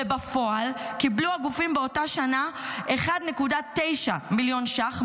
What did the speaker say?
ובפועל קיבלו הגופים באותה שנה 1.9 מיליון שקלים,